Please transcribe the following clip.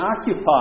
occupied